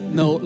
no